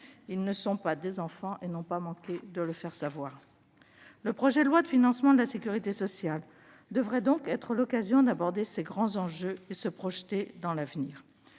Ils ne sont pas des enfants et n'ont pas manqué de le faire savoir. Le projet de loi de financement de la sécurité sociale devrait donc être l'occasion d'aborder ces grands enjeux et de se projeter dans l'avenir.